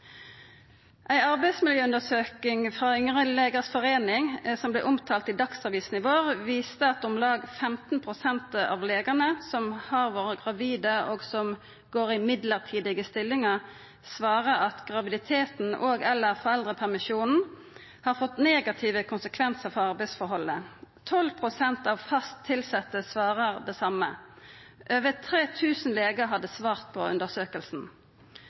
Ei arbeidsmiljøundersøking frå Yngre legers forening som vart omtalt i Dagsavisen i vår, viste at om lag 15 pst. av legane som har vore gravide, og som går i midlertidige stillingar, svarer at graviditeten og/eller foreldrepermisjonen har fått negative konsekvensar for arbeidsforholdet. 12 pst. av fast tilsette svarer det same. Over 3 000 legar hadde svart på